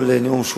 נאום.